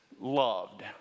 loved